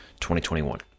2021